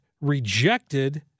rejected